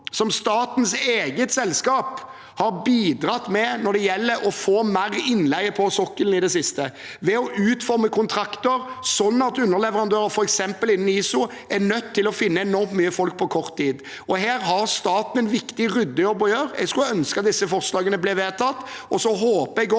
statens eget selskap, har hatt når det gjelder å bidra til å få mer innleie på sokkelen i det siste, ved å utforme kontrakter sånn at underleverandører, f.eks. innen ISO, er nødt til å finne enormt mye folk på kort tid. Her har staten en viktig ryddejobb å gjøre. Jeg skulle ønske at disse forslagene ble vedtatt. Så håper jeg også